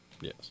Yes